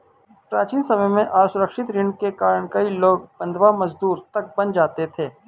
प्राचीन समय में असुरक्षित ऋण के कारण कई लोग बंधवा मजदूर तक बन जाते थे